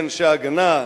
על-ידי אנשי "ההגנה",